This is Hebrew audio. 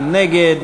מי נגד?